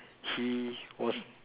he was